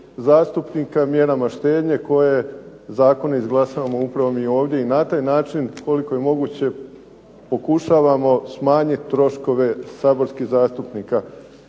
zastupnika mjerama štednje koje zakone izglasavamo upravo mi ovdje i na taj način koliko je moguće pokušavamo smanjiti troškove saborskih zastupnika.